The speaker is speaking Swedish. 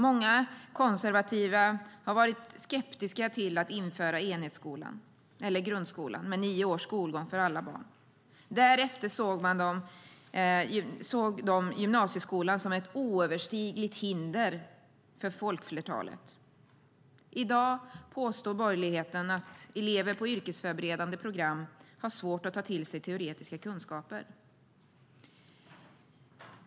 Många konservativa var skeptiska till att införa enhetsskolan, eller grundskolan, med nio års skolgång för alla barn. Därefter såg de gymnasieskolan som ett oöverstigligt hinder för folkflertalet. I dag påstår borgerligheten att elever på yrkesförberedande program har svårt att ta till sig teoretiska kunskaper.